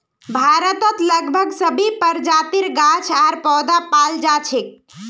भारतत लगभग सभी प्रजातिर गाछ आर पौधा पाल जा छेक